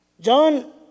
John